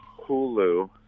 Hulu